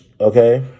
okay